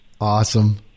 awesome